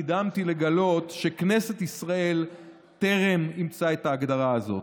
נדהמתי לגלות שכנסת ישראל טרם אימצה את ההגדרה הזאת.